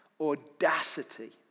audacity